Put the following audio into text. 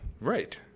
right